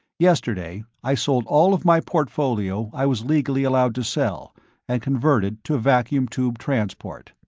yesterday, i sold all of my portfolio i was legally allowed to sell and converted to vacuum tube transport.